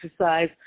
exercise